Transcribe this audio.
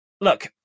Look